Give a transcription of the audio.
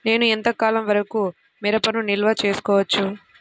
నేను ఎంత కాలం వరకు మిరపను నిల్వ చేసుకోవచ్చు?